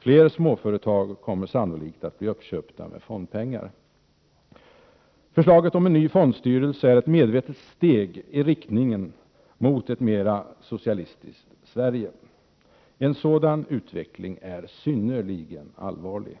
Fler småföretag kommer sannolikt att bli uppköpta med fondpengar. Förslaget om en ny fondstyrelse är ett medvetet steg i riktning mot ett mer socialistiskt Sverige. En sådan utveckling är synnerligen allvarlig.